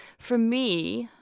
for me,